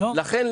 לכן,